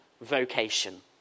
vocation